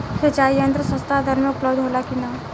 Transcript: सिंचाई यंत्र सस्ता दर में उपलब्ध होला कि न?